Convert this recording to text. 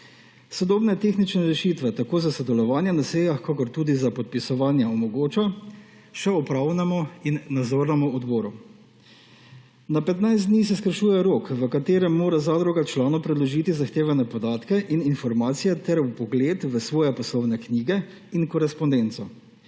Sodobne tehnične rešitve tako za sodelovanje na sejah kakor tudi za podpisovanje omogoča še upravnemu in nadzornemu odboru. Na 15 dni se skrajšuje rok, v katerem mora zadruga članom predložiti zahtevane podatke in informacije ter vpogled v svoje poslovne knjige in korespondenco.